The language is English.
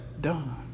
done